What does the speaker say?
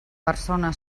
persona